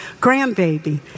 grandbaby